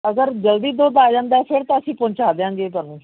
ਅਗਰ ਜਲਦੀ ਦੁੱਧ ਆ ਜਾਂਦਾ ਸਰ ਤਾਂ ਅਸੀਂ ਪਹੁੰਚਾ ਦਿਆਂਗੇ ਤੁਹਾਨੂੰ